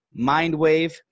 Mindwave